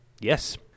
Yes